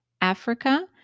Africa